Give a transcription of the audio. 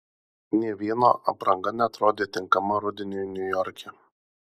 nė vieno apranga neatrodė tinkama rudeniui niujorke